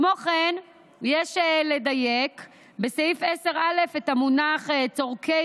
כמו כן יש לדייק בסעיף 10א את המונח "צורכי